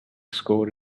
score